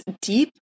deep